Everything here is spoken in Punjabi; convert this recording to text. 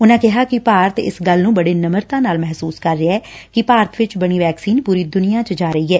ਉਨਾਂ ਕਿਹਾ ਕਿ ਭਾਰਤ ਇਸ ਗੱਲ ਨੰ ਬੜੀ ਨਿਮਰਤਾ ਨਾਲ ਮਹਿਸੁਸ ਕਰ ਰਿਹੈ ਕਿ ਭਾਰਤ ਵਿਚ ਬਣੀ ਵੈਕਸੀਨ ਪੁਰੀ ਦੁਨੀਆ ਚ ਜਾ ਰਹੀ ਐ